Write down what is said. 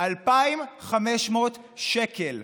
2,500 שקל.